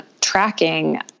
tracking